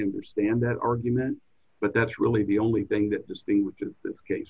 understand that argument but that's really the only thing that distinguishes this case